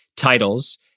titles